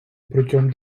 протягом